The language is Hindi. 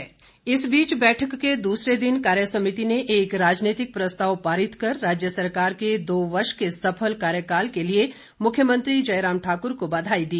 राजनीतिक प्रस्ताव इस बीच बैठक के दूसरे दिन कार्यसमिति ने एक राजनीतिक प्रस्ताव पारित कर राज्य सरकार के दो वर्ष के सफल कार्यकाल के लिए मुख्यमंत्री जयराम ठाकर को बधाई दी